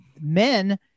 men